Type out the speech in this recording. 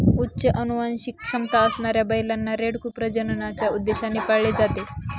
उच्च अनुवांशिक क्षमता असणाऱ्या बैलांना, रेडकू प्रजननाच्या उद्देशाने पाळले जाते